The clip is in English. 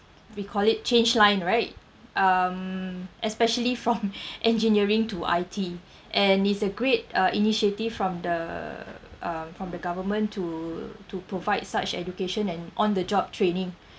we call it change line right um especially from engineering to I_T and it's a great uh initiative from the uh from the government to to provide such education and on the job training